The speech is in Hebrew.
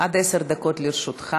עד עשר דקות לרשותך.